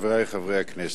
חברי חברי הכנסת,